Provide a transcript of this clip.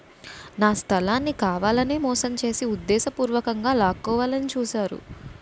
నా స్థలాన్ని కావాలనే మోసం చేసి ఉద్దేశపూర్వకంగా లాక్కోవాలని చూశారు